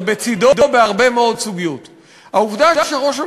בגלל זה הוא לא שר התקשורת.